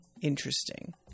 interesting